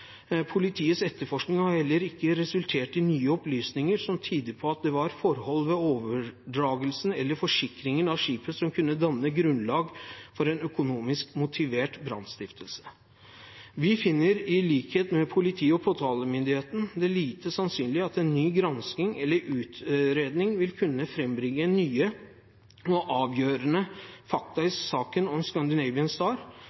Politiets etterforskning har heller ikke resultert i nye opplysninger som tyder på at det var forhold ved overdragelsen eller forsikringen av skipet som kunne danne grunnlag for en økonomisk motivert brannstiftelse. Vi finner det, i likhet med politiet og påtalemyndigheten, lite sannsynlig at en ny granskning eller utredning vil kunne frambringe nye og avgjørende fakta i saken om «Scandinavian Star».